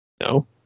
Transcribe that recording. No